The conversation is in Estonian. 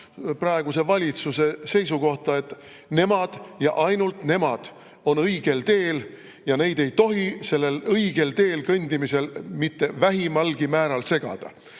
praeguse valitsuse seisukohta, et nemad ja ainult nemad on õigel teel ja neid ei tohi sellel õigel teel kõndimisel mitte vähimalgi määral segada.